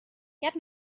get